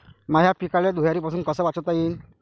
माह्या पिकाले धुयारीपासुन कस वाचवता येईन?